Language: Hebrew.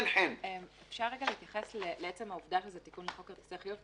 אני רוצה להתייחס לעצם העובדה שזה תיקון לחוק כרטיסי חיוב.